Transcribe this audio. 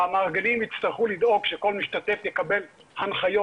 המארגנים יצטרכו לדאוג שכל משתתף יקבל הנחיות